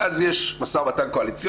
ואז יש משא ומתן קואליציוני,